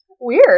Weird